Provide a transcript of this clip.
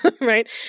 right